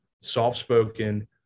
soft-spoken